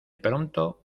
pronto